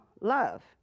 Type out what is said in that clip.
love